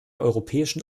europäischen